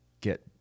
get